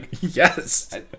Yes